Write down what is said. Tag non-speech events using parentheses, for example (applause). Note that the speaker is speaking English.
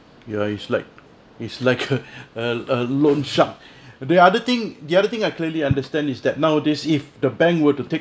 ya it's like it's like a (laughs) uh a loan shark the other thing the other thing I clearly understand is that nowadays if the bank were to take